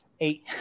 eight